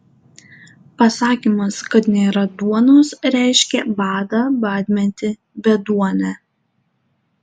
pasakymas kad nėra duonos reiškė badą badmetį beduonę